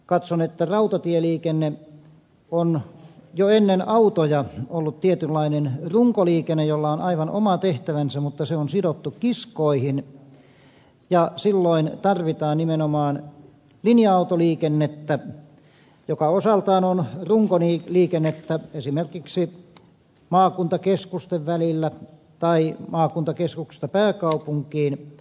katson että rautatieliikenne on jo ennen autoja ollut tietynlainen runkoliikenne jolla on aivan oma tehtävänsä mutta se on sidottu kiskoihin ja silloin tarvitaan nimenomaan linja autoliikennettä joka osaltaan on runkoliikennettä esimerkiksi maakuntakeskusten välillä tai maakuntakeskuksista pääkaupunkiin